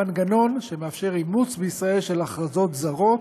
התשע"ו 2016,